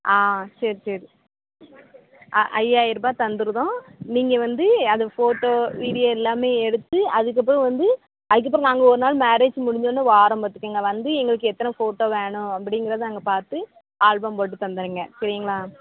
ஆ சரி சரி ஆ ஐயாயரூபா தந்துருவோம் நீங்கள் வந்து அது ஃபோட்டோ வீடியோ எல்லாமே எடுத்து அதுக்கப்புறம் வந்து அதுக்கப்புறம் நாங்கள் ஒரு நாள் மேரேஜ் முடிஞ்சோடன்ன வாரோம் பாத்துக்கோங்க வந்து எங்களுக்கு எத்தனை ஃபோட்டோ வேணும் அப்படிங்கிறத நாங்கள் பார்த்து ஆல்பம் போட்டு தந்திருங்க சரிங்களா